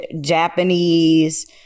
Japanese